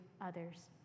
others